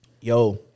Yo